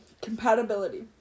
compatibility